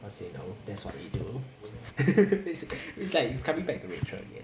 I'll say no that's what we do it's it's like coming back to rachel again